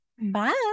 Bye